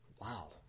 Wow